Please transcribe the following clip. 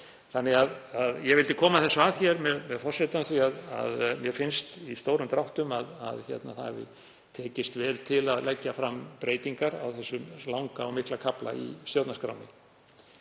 sinni. Ég vildi koma þessu að hér með forsetann því að mér finnst í stórum dráttum að vel hafi tekist til að leggja fram breytingar á þessum langa og mikla kafla í stjórnarskránni.